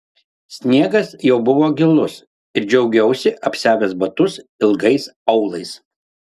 sniegas jau buvo gilus ir džiaugiausi apsiavęs batus ilgai aulais